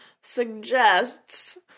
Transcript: suggests